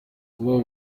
kubaha